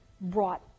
brought